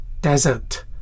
desert